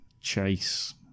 Chase